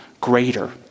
greater